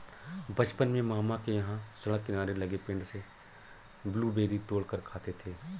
बचपन में मामा के यहां सड़क किनारे लगे पेड़ से ब्लूबेरी तोड़ कर खाते थे